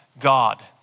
God